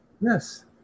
Yes